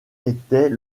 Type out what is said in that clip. était